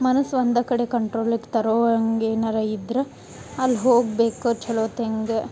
ಮನಸು ಒಂದು ಕಡೆ ಕಂಟ್ರೋಲಿಗ ತರುವಂಗ ಏನಾರ ಇದ್ರ ಅಲ್ಲಿ ಹೋಗಬೇಕು ಛಲೋ ತೆಂಗ